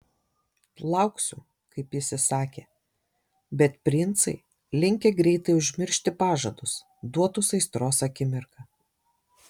lauksiu kaip jis įsakė bet princai linkę greitai užmiršti pažadus duotus aistros akimirką